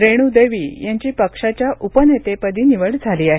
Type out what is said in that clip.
रेणू देवी यांची पक्षाच्या उपनेतेपदी निवड झाली आहे